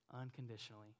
unconditionally